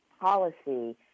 policy